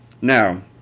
Now